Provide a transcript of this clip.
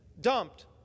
dumped